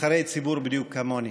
נבחרי ציבור בדיוק כמוני,